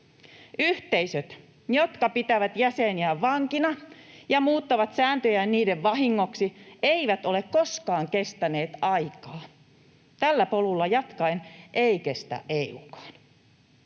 Yhteisöt, jotka pitävät jäseniään vankina ja muuttavat sääntöjään niiden vahingoksi, eivät ole koskaan kestäneet aikaa. Tällä polulla jatkaen ei kestä EU:kaan.